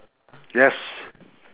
yes